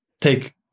take